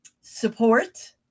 support